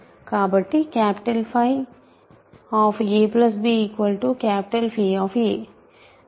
కాబట్టి 𝚽ab 𝚽